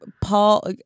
Paul